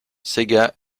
sega